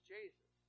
Jesus